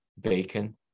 bacon